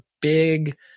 big